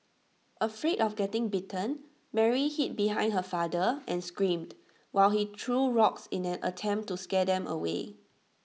afraid of getting bitten Mary hid behind her father and screamed while he threw rocks in an attempt to scare them away